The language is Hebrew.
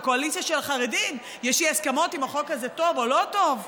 בקואליציה של החרדים יש אי-הסכמות אם החוק הזה טוב או לא טוב,